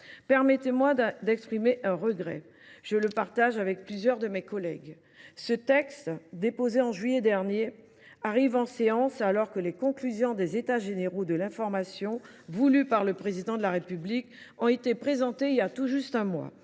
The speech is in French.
permettez moi d’exprimer un regret. Je le partage avec plusieurs de mes collègues. Ce texte, déposé en juillet dernier, arrive en séance alors que les conclusions des États généraux de l’information voulus par le Président de la République ont été présentées il y a tout juste un mois.